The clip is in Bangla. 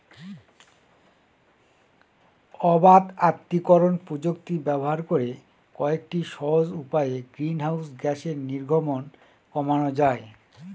অবাত আত্তীকরন প্রযুক্তি ব্যবহার করে কয়েকটি সহজ উপায়ে গ্রিনহাউস গ্যাসের নির্গমন কমানো যায়